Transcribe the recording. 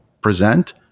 present